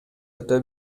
өтө